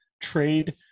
trade